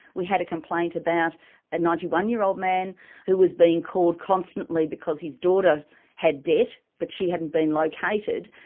we had a complaint about a ninety one year old man who was being called constantly because his daughter had debt, but she hadn't been located,